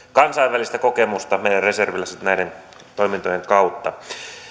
kansainvälistä kokemusta näiden toimintojen kautta